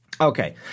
Okay